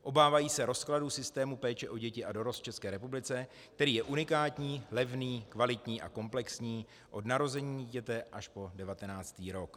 Obávají se rozkladu systému péče o děti a dorost v České republice, který je unikátní, levný, kvalitní a komplexní od narození dítěte až po 19. rok.